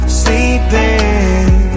sleeping